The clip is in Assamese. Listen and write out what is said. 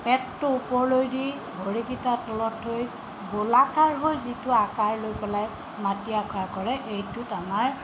পেটটো ওপৰলৈ দি ভৰিকিটা তলত থৈ গোলাকাৰ হৈ যিটো আকাৰ লৈ পেলাই মাটি আখৰা কৰে এইটোত আমাৰ